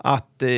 Att